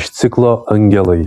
iš ciklo angelai